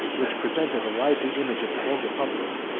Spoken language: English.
which presented a lively image of the old republic,